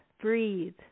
Breathe